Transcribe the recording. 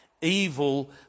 evil